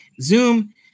Zoom